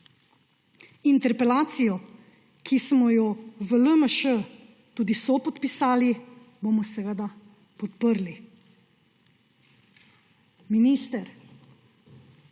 Interpelacijo, ki smo jo v LMŠ tudi sopodpisali, bomo seveda podprli. Minister,